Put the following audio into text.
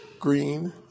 green